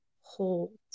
hold